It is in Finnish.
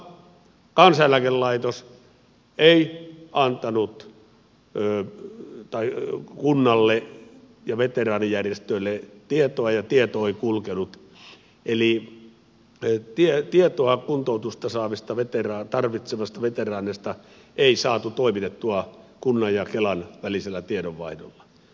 koska kansaneläkelaitos ei antanut kunnalle ja veteraanijärjestöille tietoa ja tieto ei kulkenut eli tietoa kuntoutusta tarvitsevista veteraaneista ei saatu toimitettua kunnan ja kelan välisellä tiedonvaihdolla